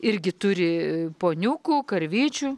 irgi turi poniukų karvyčių